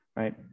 Right